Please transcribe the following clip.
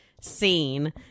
scene